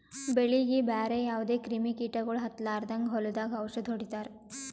ಬೆಳೀಗಿ ಬ್ಯಾರೆ ಯಾವದೇ ಕ್ರಿಮಿ ಕೀಟಗೊಳ್ ಹತ್ತಲಾರದಂಗ್ ಹೊಲದಾಗ್ ಔಷದ್ ಹೊಡಿತಾರ